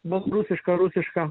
baltarusiška rusiška